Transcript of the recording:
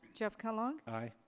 jeff kellogg? aye.